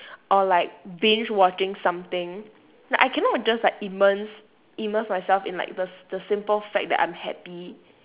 or like binge watching something like I cannot just like immerse immerse myself in like the the simple fact that I'm happy